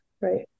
right